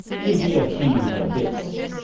give me a key for this,